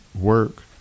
work